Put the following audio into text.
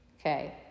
Okay